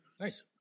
Nice